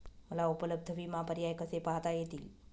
मला उपलब्ध विमा पर्याय कसे पाहता येतील?